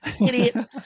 Idiot